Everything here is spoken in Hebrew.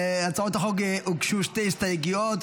להצעות החוק הוגשו שתי הסתייגויות.